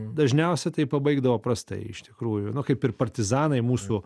dažniausiai tai pabaigdavo prastai iš tikrųjų nu kaip ir partizanai mūsų